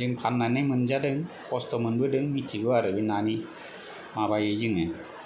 जों फान्नानै मोनजादों खस्थ' मोनबोदों मिन्थिगौ आरो बे नानि माबायै जोङो